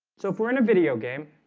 so if we're in a video game,